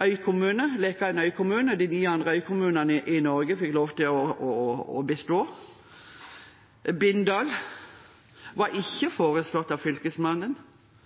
Leka er en øykommune, og de andre øykommunene i Norge fikk lov til å bestå. Bindal var ikke foreslått av Fylkesmannen.